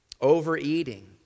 Overeating